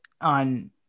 on